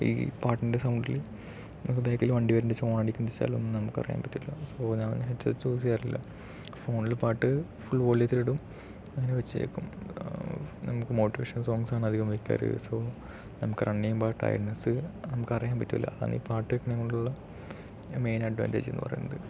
ഈ പാട്ടിൻ്റെ സൗണ്ടില് ബാക്കില് വണ്ടി വരണുണ്ട് ഹോൺ അടിക്കുന്ന സൗണ്ടൊന്നും നമുക്കറിയാൻ പറ്റൂല സോ ഞാൻ ഹെഡ്സെറ്റ് യൂസെയ്യാറില്ല ഫോണില് പാട്ട് ഫുൾ വോള്യത്തിലിടും അങ്ങനെ വെച്ച് കേക്കും നമുക്ക് മോട്ടിവേഷണൽ സോങ്ങ്സാണ് അധികം വെക്കാറ് സോ നമുക്ക് റണ്ണെയ്യുമ്പോൾ ആ ടയേർഡ്നെസ്സ് നമുക്കറിയാൻ പറ്റൂല അതാണ് പാട്ട് വെക്കണത് കൊണ്ടുള്ള മെയിൻ അഡ്വാൻറ്റേജെന്ന് പറയുന്നത്